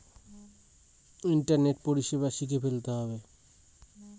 Online মাধ্যমে লোনের জন্য আবেদন করার জন্য আমায় কি কি শিখে ফেলতে হবে?